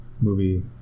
movie